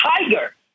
tiger